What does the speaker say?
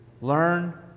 Learn